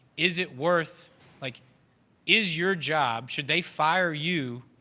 is it worth like is your job should they fire you,